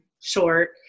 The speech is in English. short